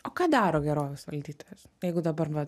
o ką daro gerovės valdytojas jeigu dabar vat